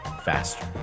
faster